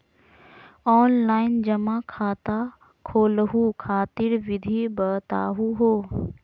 Online जमा खाता खोलहु खातिर विधि बताहु हो?